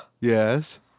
Yes